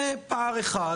זה פער אחד,